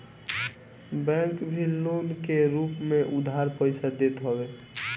bank भी loan के रूप में उधार पईसा देत हवे